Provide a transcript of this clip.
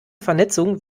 vernetzung